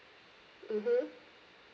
mm mm